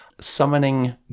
summoning